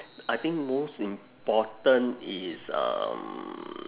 I think most important is um